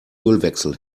ölwechsel